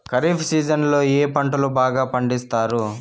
ఖరీఫ్ సీజన్లలో ఏ పంటలు బాగా పండిస్తారు